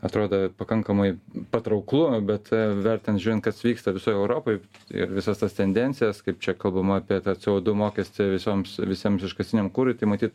atrodo pakankamai patrauklu bet vertinant žiūrint kas vyksta visoj europoj ir visas tas tendencijas kaip čia kalbama apie tą co du du mokestį visoms visiems iškastiniam kurui tai matyt